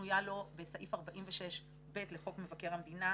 שקנויה לו בסעיף 46(ב) לחוק מבקר המדינה,